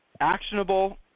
actionable